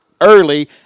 early